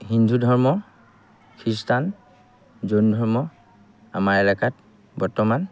হিন্দু ধৰ্ম খ্ৰীষ্টান জৈন ধৰ্ম আমাৰ এলেকাত বৰ্তমান